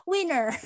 Winner